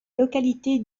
localité